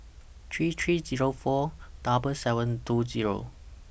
three three Zero four double seven two Zero